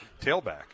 tailback